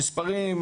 המספרים,